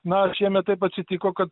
na šiemet taip atsitiko kad